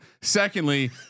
Secondly